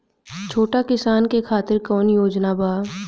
छोटा किसान के खातिर कवन योजना बा?